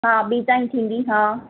हा ॿी ताईं थींदी हां